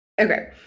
okay